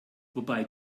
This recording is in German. wobei